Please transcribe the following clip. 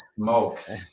smokes